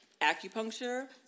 acupuncture